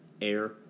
air